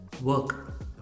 work